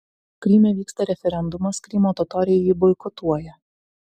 kryme vyksta referendumas krymo totoriai jį boikotuoja